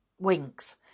Winks